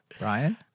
Ryan